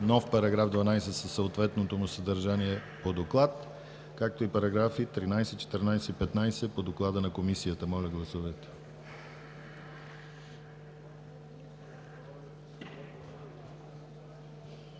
нов § 12 със съответното му съдържание по доклад, както и параграфи 13, 14 и 15 по доклада на Комисията. Гласували